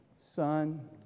son